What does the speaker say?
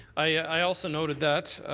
i also noted that.